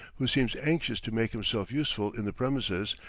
who seems anxious to make himself useful in the premises,